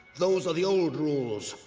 those are the old rules.